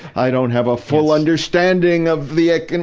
i don't have a full ah understanding of the eco, and